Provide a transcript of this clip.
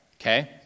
okay